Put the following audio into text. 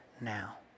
now